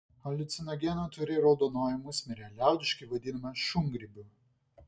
haliucinogenų turi raudonoji musmirė liaudiškai vadinama šungrybiu